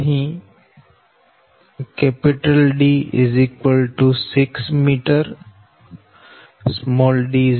અહી D 6 m d 0